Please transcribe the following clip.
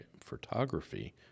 photography